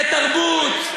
לתרבות,